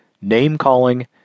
name-calling